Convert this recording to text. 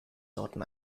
sorten